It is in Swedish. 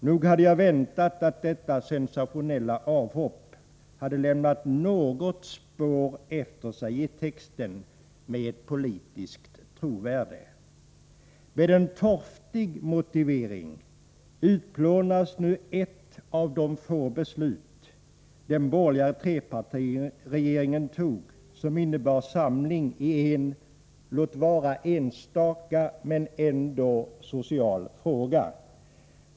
Nog hade jag väntat att detta sensationella avhopp skulle ha lämnat något spår efter sig i texten som var politiskt trovärdigt. Men med en torftig motivering utplånas nu ett av de få beslut den borgerliga trepartiregeringen tog som innebar samling i en låt vara enstaka men ändå social fråga.